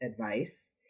advice